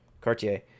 cartier